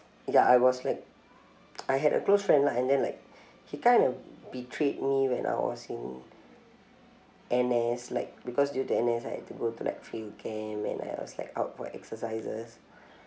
ya I was like I had a close friend lah and then like he kind of betrayed me when I was in N_S like because due to N_S I had to go to like training came and I was like out for exercises